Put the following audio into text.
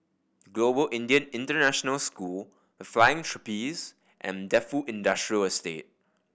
Global Indian International School The Flying Trapeze and Defu Industrial Estate